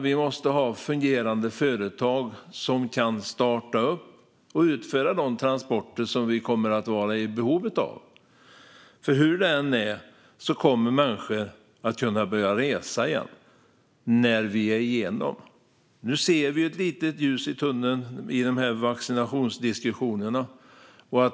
Vi måste ha fungerande företag som kan starta upp igen och utföra de transporter som vi kommer att vara i behov av, för hur det än är kommer människor att kunna börja resa igen när vi är igenom krisen. Nu ser vi ett litet ljus i tunneln i vaccinationsdiskussionerna.